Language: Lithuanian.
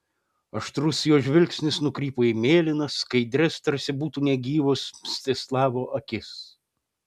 aštrus jo žvilgsnis nukrypo į mėlynas skaidrias tarsi būtų negyvos mstislavo akis